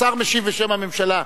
השר משיב בשם הממשלה,